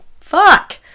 Fuck